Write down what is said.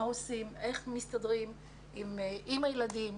מה עושים ואיך מסתדרים עם הילדים,